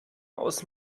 aus